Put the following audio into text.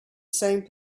same